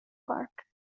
clark